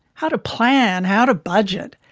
how to plan? how to budget?